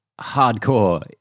hardcore